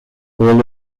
all